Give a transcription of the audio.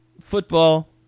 Football